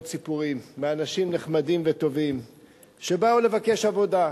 סיפורים מאנשים נחמדים וטובים שבאו לבקש עבודה.